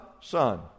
Son